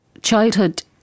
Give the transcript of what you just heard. Childhood